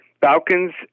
Falcons